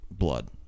blood